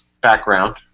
background